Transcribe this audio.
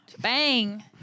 Bang